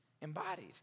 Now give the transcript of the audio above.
embodied